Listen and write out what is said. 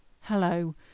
hello